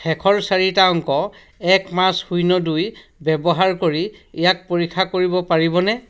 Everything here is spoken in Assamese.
শেষৰ চাৰিটা অংক এক পাঁচ শূন্য দুই ব্যৱহাৰ কৰি ইয়াক পৰীক্ষা কৰিব পাৰিবনে